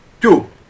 Two